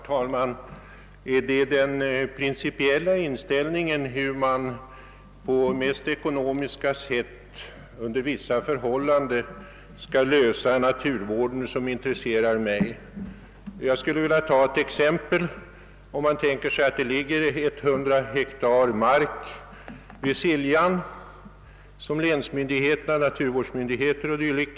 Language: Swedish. Herr talman! Det är den principiella frågan, hur man på det mest ekonomiska sättet under vissa förhållanden skall lösa naturvårdsproblemet, som intresserar mig, och jag skall anföra ett exempel. Om =:länsmyndigheter, naturvårdsmyndigheter etc.